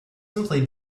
simply